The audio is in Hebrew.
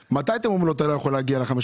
מתי אתם אומרים לו שהוא לא יכול להגיע ל-514?